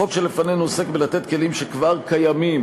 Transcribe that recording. הצעת החוק שלפנינו עוסקת בלתת כלים שכבר קיימים